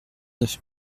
neuf